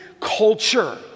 culture